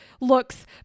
looks